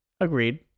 Agreed